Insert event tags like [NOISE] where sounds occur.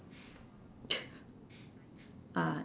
[NOISE] ah